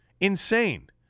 insane